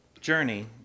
journey